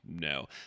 No